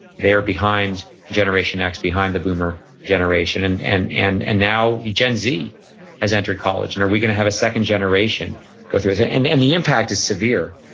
they're behind generation x, behind the boomer generation and and and and now gen z has entered college and are we going to have a second generation go through it? and and the impact is severe.